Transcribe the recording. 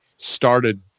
started